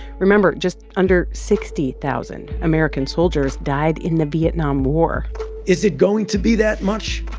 remember, just under sixty thousand american soldiers died in the vietnam war is it going to be that much?